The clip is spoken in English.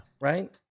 Right